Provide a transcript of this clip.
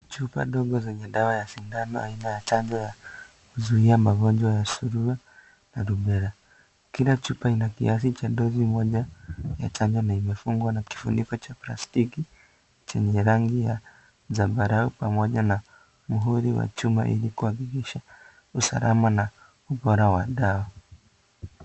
Chupa ndogo zenye dawa ya sindano aina ya chanjo ya kuzuia magonjwa ya Surua na Rubella. Kila chupa kina kiasi cha doti moja ya chanjo na imefungwa na kifuniko cha plastiki chenye rangi ya sambarau pamoja na muuri wa chuma ili kuhakikisha usalama na Ubora wa dawa